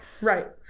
right